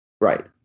Right